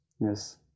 yes